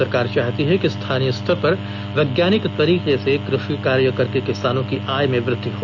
सरकार चाहती है कि स्थानीय स्तर पर वैज्ञानिक तरीके से कृषि कार्य करके किसानों की आय में वृद्धि हो